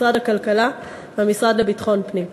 משרד הכלכלה והמשרד לביטחון פנים.